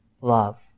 love